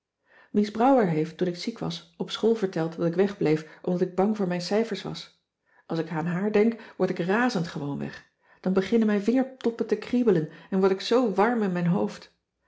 mies brouwer heeft toen ik ziek was op school verteld dat ik wegbleef omdat ik bang voor mijn cijfers was als ik aan haar denk word ik razend gewoonweg dan beginnen mijn vingertoppen te kriebelen en word ik zoo warm in mijn hoofd